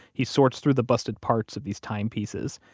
he sorts through the busted parts of these timepieces,